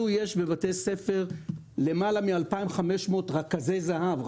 לנו יש בבתי ספר למעלה מ-2,500 רכזי זה"ב.